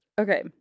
Okay